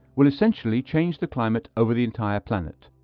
will essentially change the climate over the entire planet.